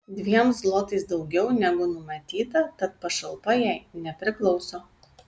dviem zlotais daugiau negu numatyta tad pašalpa jai nepriklauso